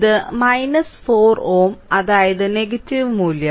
ഇത് 4 Ω അതായത് നെഗറ്റീവ് മൂല്യം